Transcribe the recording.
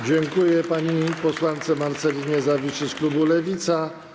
Dziękuję pani posłance Marcelinie Zawiszy z klubu Lewica.